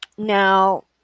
Now